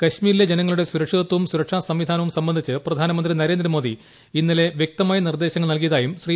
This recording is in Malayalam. കാശ്മീരിലെ ജനങ്ങളുടെ സുരക്ഷിതത്വവും സുരക്ഷാ സംവിധാ നവും സംബന്ധിച്ച് പ്രധാനമന്ത്രി നരേന്ദ്രമോദി ഇന്നലെ വൃക്ത മായ നിർദ്ദേശങ്ങൾ നൽകിയതായും ശ്രീ